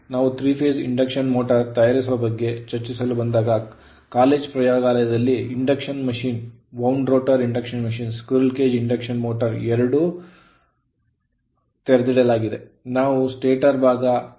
ನಾವು 3 phase induction motor ತಯಾರಿಸುವ ಬಗ್ಗೆ ಚರ್ಚಿಸಲು ಬಂದಾಗ ಕಾಲೇಜು ಪ್ರಯೋಗಾಲಯದಲ್ಲಿ induction machine wound rotor induction machine squirrel cage induction motor ಎರಡೂ wound ರೋಟರ್ ಮತ್ತು squirrel ಕೇಜ್ ಇಂಡಕ್ಷನ್ ಮೋಟರ್ ಅನ್ನು ತೆರೆದಿಡಲಾಗುತ್ತದೆ